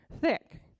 Thick